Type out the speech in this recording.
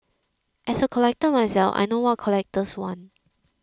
as a collector myself I know what collectors want